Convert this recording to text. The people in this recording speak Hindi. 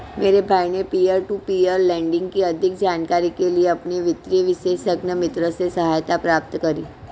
मेरे भाई ने पियर टू पियर लेंडिंग की अधिक जानकारी के लिए अपने वित्तीय विशेषज्ञ मित्र से सहायता प्राप्त करी